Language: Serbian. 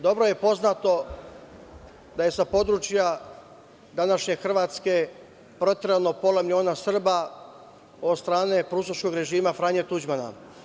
Dobro je poznato da je sa područja današnje Hrvatske proterano pola miliona Srba, od strane ustaškog režima Franje Tuđmana.